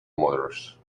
motors